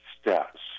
steps